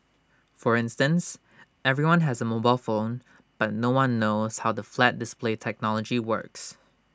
for instance everyone has A mobile phone but no one knows how the flat display technology works